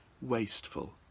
wasteful